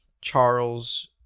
Charles